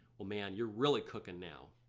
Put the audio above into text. well man you're really cooking now.